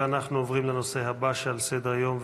אנחנו עוברים לנושא הבא שעל סדר-היום,